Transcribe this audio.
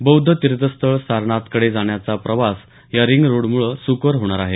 बौद्ध तीर्थस्थळ सारनाथकडे जाण्याचा प्रवास या रिंग रोड मुळे सुकर होणार आहे